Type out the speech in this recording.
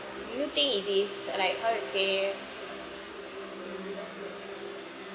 do you think it is like how to say